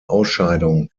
ausscheidung